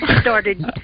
started